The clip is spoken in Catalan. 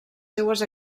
seues